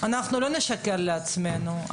אנחנו לא נשקר לעצמנו,